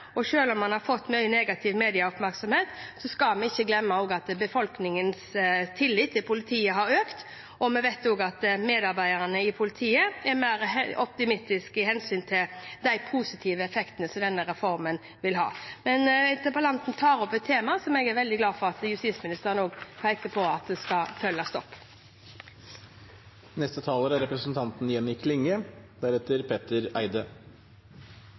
om man har fått mye negativ medieoppmerksomhet, skal vi ikke glemme at befolkningens tillit til politiet har økt. Vi vet også at medarbeiderne i politiet er mer optimistiske med hensyn til de positive effektene denne reformen vil ha. Men interpellanten tar opp et tema som jeg er veldig glad for at justisministeren peker på skal følges opp. Gjørv-kommisjonen peikte på at det